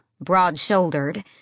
broad-shouldered